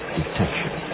detection